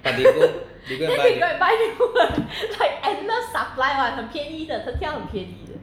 but they go they go and buy